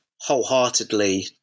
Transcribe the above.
wholeheartedly